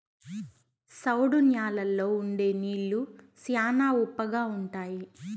సౌడు న్యాలల్లో ఉండే నీళ్లు శ్యానా ఉప్పగా ఉంటాయి